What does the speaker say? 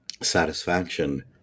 satisfaction